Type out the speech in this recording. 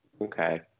Okay